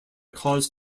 cause